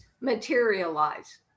materialize